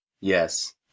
Yes